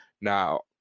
Now